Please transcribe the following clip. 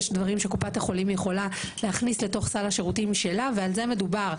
יש דברים שקופת החולים יכולה להכניס לתוך סל השירותים שלה ועל זה מדובר.